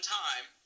time